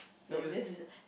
no basically